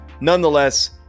Nonetheless